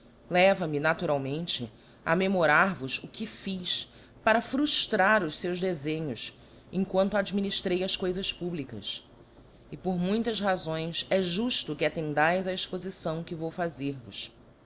leva-me naturalmente a memorar vos o que fiz para fruftrar os feus defenhos em quanto adminiftrei as coifas publicas e por muitas razoes é jufto que attendaes a expofição que vou fazer-vos